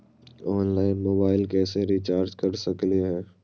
Online मोबाइलबा कैसे recharge कर सकलिए है?